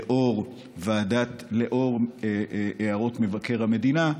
לאור הערות מבקר המדינה,